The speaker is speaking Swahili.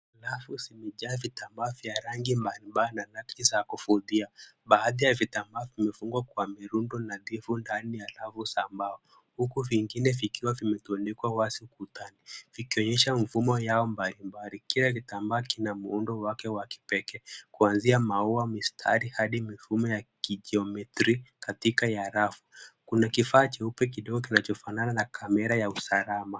Rafu zimejaa vitamba vya rangi mbalimbali na rangi za kuvutia. Baadhi ya vitambaa vimefungwa kwa mirundo na vipo ndani ya rafu za mbao huku vingine vikiwa vimetundikwa wazi ukutani vikionyesha mfumo yao mbalimbali. Kila kitamba kina muundo wake wa kipekee kuanzia maua mistari hadi mifumo ya kijiometri katika ya rafu. Kuna kifa cheupe kidogo kinachofanana na kamera ya usalama.